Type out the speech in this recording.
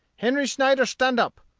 henry snyder, stand up.